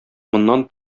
моннан